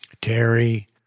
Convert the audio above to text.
Terry